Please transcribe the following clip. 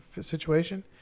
situation